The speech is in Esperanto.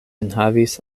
enhavis